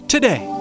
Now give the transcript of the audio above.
Today